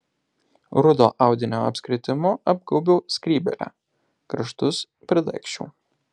rudo audinio apskritimu apgaubiau skrybėlę kraštus pridaigsčiau